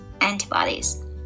antibodies